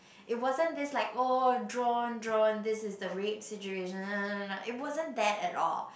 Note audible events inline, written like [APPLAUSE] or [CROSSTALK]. it wasn't that's like oh drone drone this is the rape situation [NOISE] it wasn't that at all